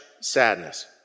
sadness